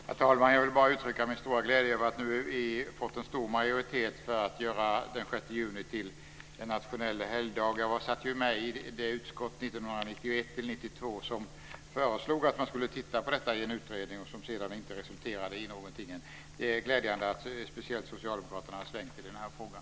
Herr talman! Jag vill bara uttrycka min stora glädje över vi nu fått en stor majoritet för att göra den 6 juni till en nationell helgdag. Jag satt ju med i det utskott som 1991-1992 föreslog att man skulle låta en utredning titta på detta. Detta resulterade inte i någonting den gången. Det är glädjande att speciellt Socialdemokraterna har svängt i den här frågan.